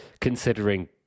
considering